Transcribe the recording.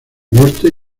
norte